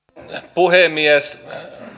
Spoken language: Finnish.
puhemies